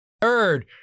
third